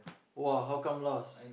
!wah! how come lost